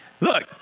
look